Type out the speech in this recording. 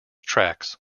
tracks